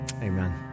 Amen